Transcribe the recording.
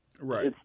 Right